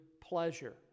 pleasure